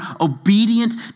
obedient